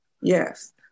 yes